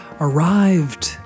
arrived